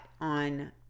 on